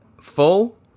full